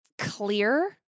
clear